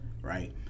right